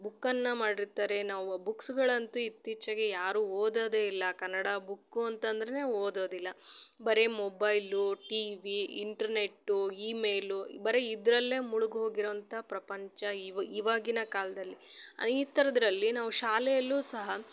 ಬುಕ್ಕನ್ನು ಮಾಡಿರ್ತಾರೆ ನಾವು ಆ ಬುಕ್ಸ್ಗಳಂತು ಇತ್ತೀಚೆಗೆ ಯಾರು ಓದೋದೇ ಇಲ್ಲ ಕನ್ನಡ ಬುಕ್ಕು ಅಂತಂದ್ರೆ ಓದೋದಿಲ್ಲ ಬರಿ mobile T V internet email ಬರಿ ಇದ್ರಲ್ಲೆ ಮುಳ್ಗಿ ಹೋಗಿರುವಂತ ಪ್ರಪಂಚ ಇವ ಇವಾಗಿನ ಕಾಲದಲ್ಲಿ ಈ ಥರದ್ರಲ್ಲಿ ನಾವು ಶಾಲೆಯಲ್ಲು ಸಹ